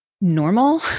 normal